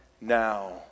now